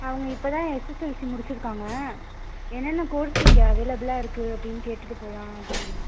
அவங்க இப்போ தான் எஸ்எஸ்எல்சி முடிச்சசுருக்காங்க என்னென்ன கோர்ஸ் இங்கே அவைலபுளாக இருக்குது அப்படின்னு கேட்டுவிட்டு போகலாம் அப்படின்னு